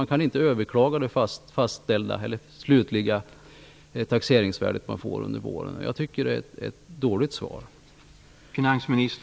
Man kan nämligen inte överklaga det slutliga taxeringsvärde man får under våren. Jag tycker att svaret är dåligt.